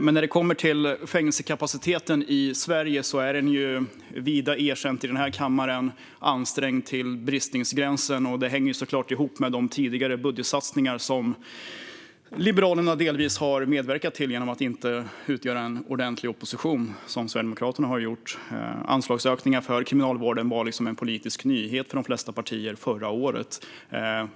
Men när det gäller fängelsekapaciteten i Sverige är det vida erkänt i denna kammare att den är ansträngd till bristningsgränsen. Detta hänger såklart ihop med de tidigare budgetsatsningar som Liberalerna delvis har medverkat till genom att inte utgöra en ordentlig opposition så som Sverigedemokraterna har gjort. Anslagsökningen för Kriminalvården var liksom en politisk nyhet för de flesta partier förra året.